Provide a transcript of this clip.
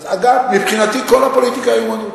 אגב, מבחינתי כל הפוליטיקה היא אמנות.